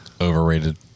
Overrated